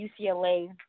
UCLA